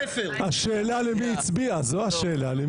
השאלה למי טלי הצביעה, יואב.